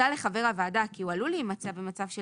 לחבר הוועדה כי הוא עלול להימצא במצב של